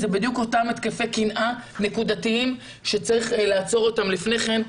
אלה בדיוק אותם התקפי קנאה נקודתיים שצריך לעצור אותם לפני כן.